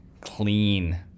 clean